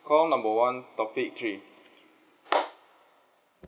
call number one topic three